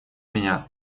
меня